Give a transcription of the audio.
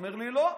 הוא אומר לי: לא.